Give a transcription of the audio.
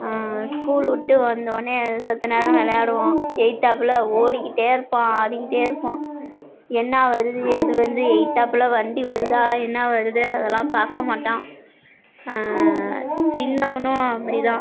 school விட்டு வந்த உடனே எதாவது செத்த நேரம் விளையாடுவான் எதுத்தாப்புல ஓடிக்கிட்டு இருப்பான் ஆடிக்கிட்டு இருப்பான் என்னா வருது எது வந்து எதுத்தாப்புல வண்டி வருதா என்ன வருது அதெல்லாம் பார்க்க மாட்டான் சின்னவனும் அப்படி தான்